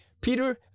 Peter